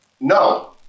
No